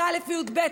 י"א וי"ב,